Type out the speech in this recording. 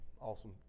Awesome